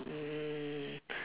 mm